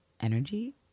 energy